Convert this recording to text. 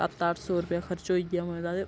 सत्त अट्ठ सौ रपेआ खरचोई गेआ मेरा ते